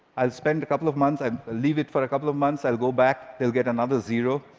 i'll spend a couple of months, i'll leave it for a couple of months, i'll go back, they'll get another zero.